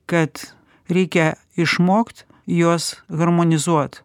kad reikia išmokt juos harmonizuot